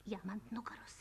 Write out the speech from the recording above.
jam ant nugaros